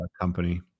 company